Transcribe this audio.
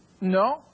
No